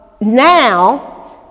Now